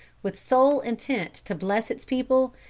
with sole intent to bless its people,